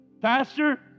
Pastor